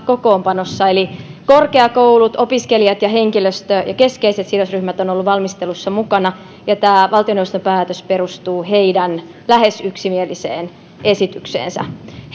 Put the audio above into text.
kokoonpanossa eli korkeakoulut opiskelijat ja henkilöstö ja ja keskeiset sidosryhmät ovat olleet valmistelussa mukana ja tämä valtioneuvoston päätös perustuu heidän lähes yksimieliseen esitykseensä